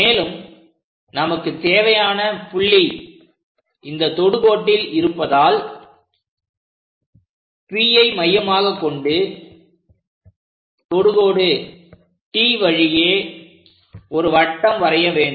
மேலும் நமக்கு தேவையான புள்ளி இந்த தொடுகோட்டில் இருப்பதால் Pஐ மையமாகக்கொண்டு தொடுகோடு T வழியே ஒரு வட்டம் வரைய வேண்டும்